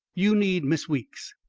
you need miss weeks,